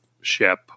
ship